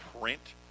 print